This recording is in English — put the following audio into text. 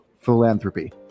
philanthropy